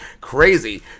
crazy